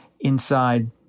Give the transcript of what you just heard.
inside